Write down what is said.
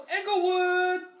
Englewood